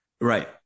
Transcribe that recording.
Right